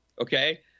okay